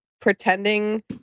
pretending